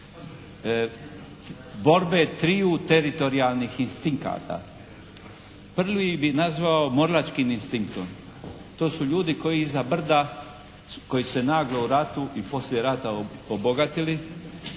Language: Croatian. borbe triju teritorijalnih instinkta. Prvi bih nazvao morilačkim instinktom. To su ljudi koji iza brda, koji su se naglo u ratu i poslije rata obogatili,